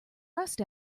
rust